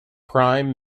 prime